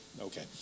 Okay